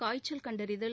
காய்ச்சல் கண்டறிதல்